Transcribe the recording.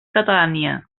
catània